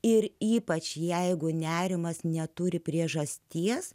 ir ypač jeigu nerimas neturi priežasties